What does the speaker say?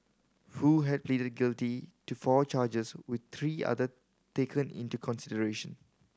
Foo had pleaded guilty to four charges with three other taken into consideration